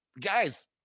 guys